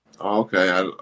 Okay